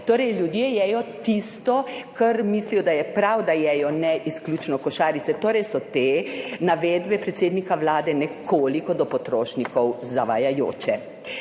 Torej, ljudje jedo tisto, kar mislijo, da je prav, da jejo, ne izključno košarice, torej so te navedbe predsednika Vlade nekoliko zavajajoče